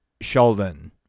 Sheldon